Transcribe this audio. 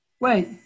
Wait